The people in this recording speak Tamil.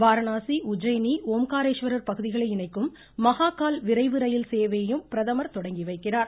வாரணாசி உஜ்ஜைனி ஓம்காரேஷ்வர் பகுதிகளை இணைக்கும் மகாக்கால் விரைவு ரயில் சேவையையும் பிரதமர் தொடங்கி வைக்கிறார்